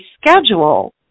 schedule